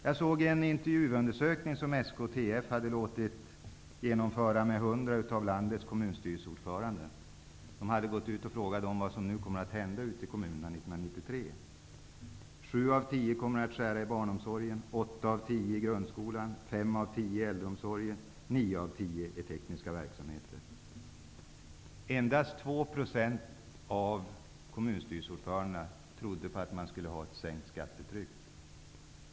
Jag har sett att SKTF låtit genomföra en intervju med 100 av landets kommunstyrelseordförande. Man hade där ställt frågan vad som kommer att hända ute i kommunerna år 1993. 7 av 10 kommer att skära i barnomsorgen, 8 av 10 i grundskolan, 5 av 10 i äldreomsorgen och 9 av 10 i tekniska verksamheter. Endast 2 % av kommunstyrelseordförandena trodde på att man skulle kunna genomföra ett sänkt skattetryck.